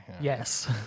Yes